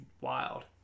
Wild